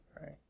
Right